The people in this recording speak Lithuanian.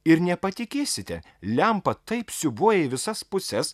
ir nepatikėsite lempa taip siūbuoja į visas puses